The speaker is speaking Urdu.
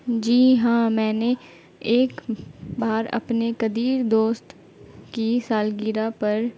جی ہاں میں نے ایک بار اپنے قدیر دوست کی سالگررہ پر